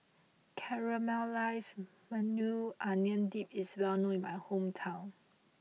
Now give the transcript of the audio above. Caramelized Maui Onion Dip is well known in my hometown